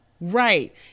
Right